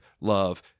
love